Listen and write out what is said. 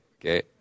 Okay